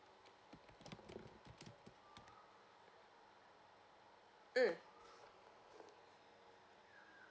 mm